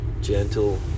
gentle